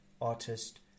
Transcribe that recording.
artist